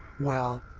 well,